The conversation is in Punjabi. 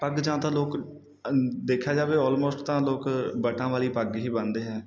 ਪੱਗ ਜਾਂ ਤਾਂ ਲੋਕ ਅ ਦੇਖਿਆ ਜਾਵੇ ਆਲਮੋਸਟ ਤਾਂ ਲੋਕ ਬਟਾਂ ਵਾਲੀ ਪੱਗ ਹੀ ਬੰਨ੍ਹਦੇ ਹੈ